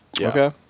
Okay